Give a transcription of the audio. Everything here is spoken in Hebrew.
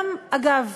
אגב,